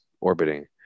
orbiting